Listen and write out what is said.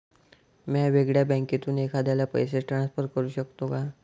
म्या वेगळ्या बँकेतून एखाद्याला पैसे ट्रान्सफर करू शकतो का?